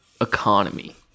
economy